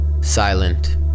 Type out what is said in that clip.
silent